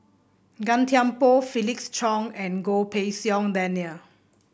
Gan Thiam Poh Felix Cheong and Goh Pei Siong Daniel